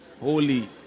holy